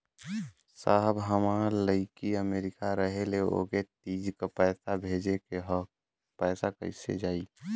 साहब हमार लईकी अमेरिका रहेले ओके तीज क पैसा भेजे के ह पैसा कईसे जाई?